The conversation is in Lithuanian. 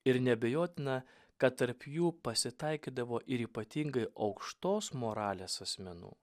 ir neabejotina kad tarp jų pasitaikydavo ir ypatingai aukštos moralės asmenų